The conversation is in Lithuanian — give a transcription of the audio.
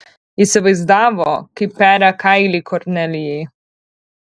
įsivaizdavo kaip peria kailį kornelijai